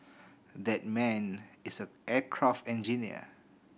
that man is a aircraft engineer